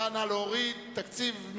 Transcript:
סעיף 34,